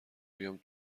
بیام